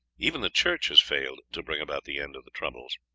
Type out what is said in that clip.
even the church has failed to bring about the end of the troubles.